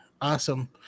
Awesome